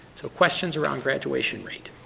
so questions around graduation rate?